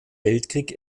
weltkrieg